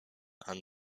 and